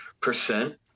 percent